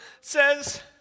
says